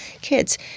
kids